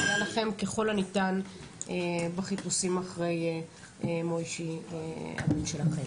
לכם ככל הניתן בחיפושים אחרי מויישי בנכם.